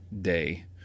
day